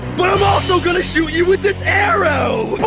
but i'm also gonna shoot you with this arrow!